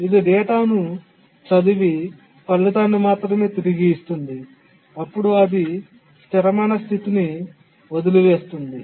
ఇది డేటాను చదివి ఫలితాన్ని మాత్రమే తిరిగి ఇస్తుంది అప్పుడు అది స్థిరమైన స్థితిని వదిలివేస్తుంది